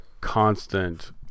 constant